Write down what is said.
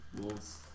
Wolves